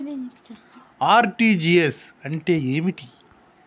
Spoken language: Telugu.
ఆర్.టి.జి.ఎస్ అంటే ఏమిటి?